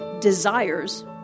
desires